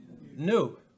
New